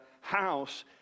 house